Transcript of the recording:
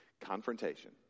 confrontation